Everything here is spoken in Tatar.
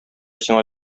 сиңа